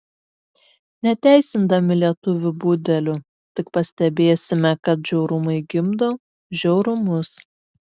neteisindami lietuvių budelių tik pastebėsime kad žiaurumai gimdo žiaurumus